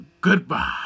Goodbye